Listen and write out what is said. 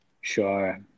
Sure